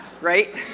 right